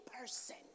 person